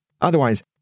Otherwise